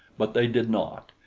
but they did not.